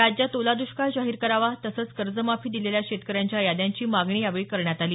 राज्यात ओला द्ष्काळ जाहीर करावा तसंच कर्जमाफी दिलेल्या शेतकऱ्यांच्या याद्यांची मागणी यावेळी करण्यात आली